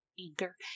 anchor